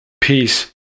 Peace